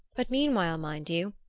but meanwhile, mind you,